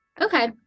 Okay